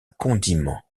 condiment